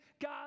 God